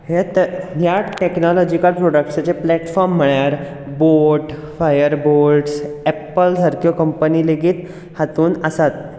ह्या टॅक्नोलॉजिकल प्रोडक्ट्साचें प्लॅटफोर्म म्हळ्यार बोट फायरबोल्ट्स एप्पल सारक्यो कंपनी लेगीत हातूंत आसात